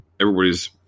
everybody's